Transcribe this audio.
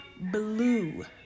blue